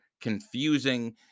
confusing